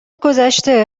گذشته